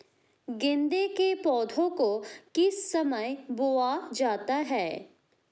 गेंदे के पौधे को किस समय बोया जाता है?